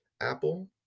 Apple